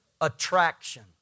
attraction